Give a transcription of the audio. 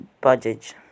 budget